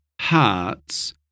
hearts